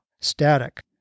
static